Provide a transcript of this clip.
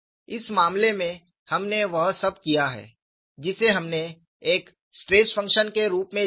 इस मामले में हमने वह सब किया है जिसे हमने एक स्ट्रेस फंक्शन के रूप में लिया है